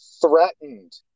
threatened